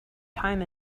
time